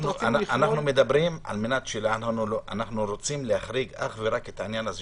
אנחנו רוצים להחריג רק את העניין של